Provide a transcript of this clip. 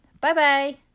Bye-bye